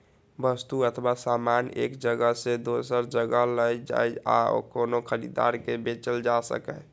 वस्तु अथवा सामान एक जगह सं दोसर जगह लए जाए आ कोनो खरीदार के बेचल जा सकै